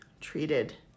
treated